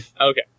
Okay